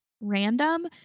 random